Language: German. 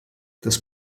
das